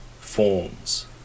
forms